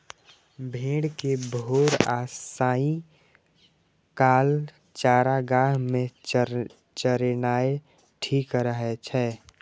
भेड़ कें भोर आ सांझ काल चारागाह मे चरेनाय ठीक रहै छै